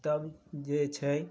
तब जे छै